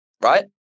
right